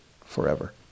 forever